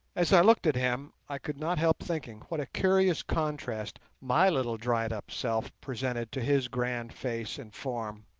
as i looked at him i could not help thinking what a curious contrast my little dried-up self presented to his grand face and form.